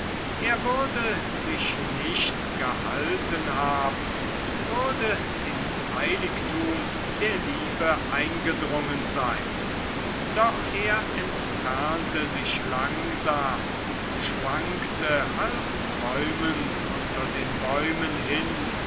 er würde sich nicht gehalten haben würde ins heiligtum der liebe eingedrungen sein doch er entfernte sich langsam schwankte halb träumend unter den bäumen hin